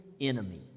enemy